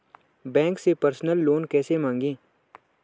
Bank से personal loan कैसे मांगें?